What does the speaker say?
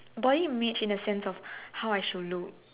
body image in a sense of how I should look